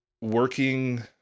working